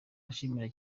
ashimira